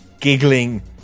giggling